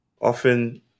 Often